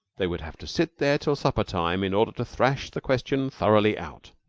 they would have to sit there till supper-time in order to thrash the question thoroughly out.